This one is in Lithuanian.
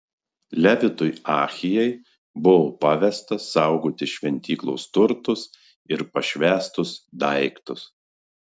levitui ahijai buvo pavesta saugoti šventyklos turtus ir pašvęstus daiktus